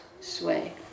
sway